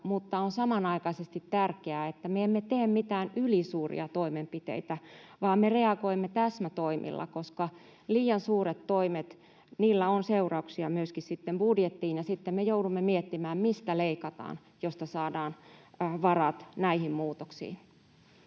mutta on samanaikaisesti tärkeää, että me emme tee mitään ylisuuria toimenpiteitä vaan me reagoimme täsmätoimilla, koska liian suurilla toimilla on seurauksia myöskin budjettiin, ja sitten me joudumme miettimään, mistä leikataan, jotta saadaan varat näihin muutoksiin.